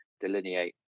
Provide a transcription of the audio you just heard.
delineate